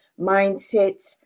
mindsets